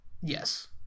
yes